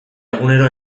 egunero